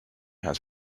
has